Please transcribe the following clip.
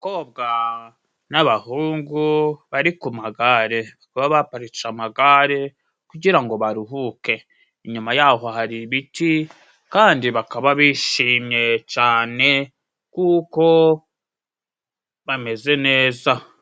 Abakobwa n’abahungu bari ku magare, baba baparitse amagare kugira ngo baruhuke. Inyuma yaho hari ibiti, kandi bakaba bishimye cane kuko bameze neza.